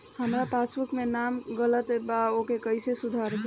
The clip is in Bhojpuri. हमार पासबुक मे नाम गलत बा ओके कैसे सुधार होई?